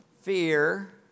Fear